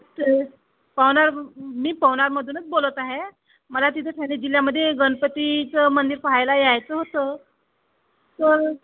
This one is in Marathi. तर पवनार मी पवनारमधूनच बोलत आहे मला तिथे ठाणे जिल्ह्यामध्ये गणपतीचं मंदिर पाहायला यायचं होतं तर